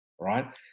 right